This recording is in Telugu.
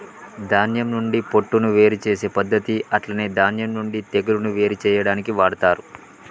ధాన్యం నుండి పొట్టును వేరు చేసే పద్దతి అట్లనే ధాన్యం నుండి తెగులును వేరు చేయాడానికి వాడతరు